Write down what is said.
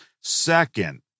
Second